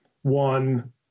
One